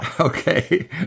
Okay